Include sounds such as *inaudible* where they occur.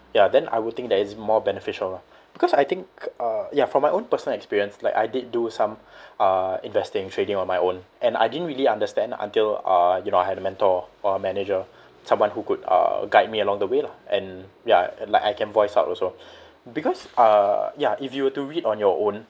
ya then I would think that it's more beneficial lah because I think uh ya from my own personal experience like I did do some *breath* uh investing trading on my own and I didn't really understand until uh you know I had a mentor or a manager someone who could uh guide me along the way lah and ya like I can voice out also *breath* because uh ya if you were to read on your own